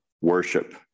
worship